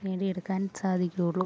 നേടിയെടുക്കാൻ സാധിക്കുകയുള്ളൂ